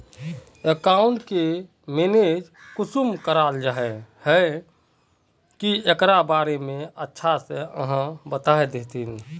Account के manage कुंसम कराल जाय है की एकरा बारे में अच्छा से आहाँ बता देतहिन?